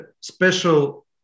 special